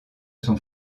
sont